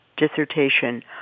dissertation